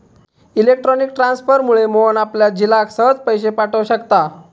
electronic ट्रांसफरमुळा मोहन आपल्या झिलाक सहज पैशे पाठव शकता